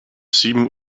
sieben